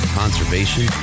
conservation